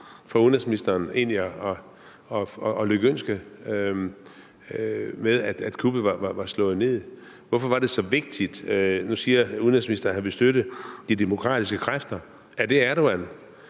for udenrigsministeren at lykønske med, at kuppet var slået ned. Hvorfor var det så vigtigt? Nu siger udenrigsministeren, at han ville støtte de demokratiske kræfter. Er det Erdogan,